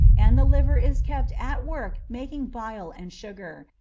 and the liver is kept at work making bile and sugar,